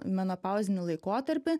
menopauzinį laikotarpį